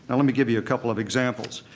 and let me give you a couple of examples.